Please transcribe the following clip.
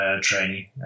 training